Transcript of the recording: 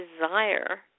desire